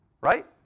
right